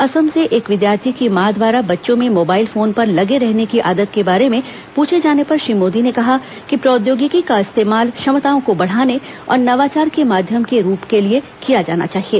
असम से एक विद्यार्थी की मां द्वारा बच्चों में मोबाइल फोन पर लगे रहने की आदत के बारे में पूछे जाने पर श्री मोदी ने कहा कि प्रौद्योगिकी का इस्तेमाल क्षमताओं को बढ़ाने और नवाचार के माध्यम के रूप के लिए किया जाना चाहिए